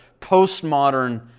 postmodern